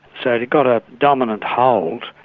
so it had got a dominant hold.